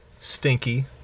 stinky